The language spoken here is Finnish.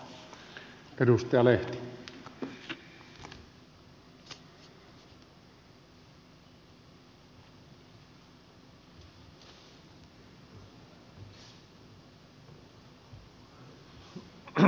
arvoisa herra puhemies